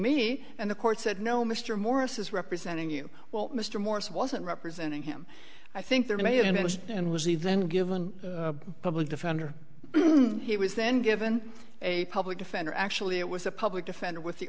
me and the court said no mr morris is representing you well mr morris wasn't representing him i think there may have been missed and was even given a public defender he was then given a public defender actually it was a public defender with the